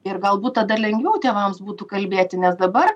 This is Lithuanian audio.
ir galbūt tada lengviau tėvams būtų kalbėti nes dabar